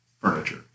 furniture